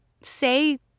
say